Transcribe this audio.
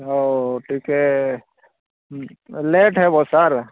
ହେଉ ଟିକିଏ ଲେଟ୍ ହେବ ସାର୍